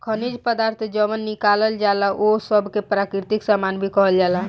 खनिज पदार्थ जवन निकालल जाला ओह सब के प्राकृतिक सामान भी कहल जाला